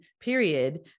period